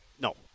No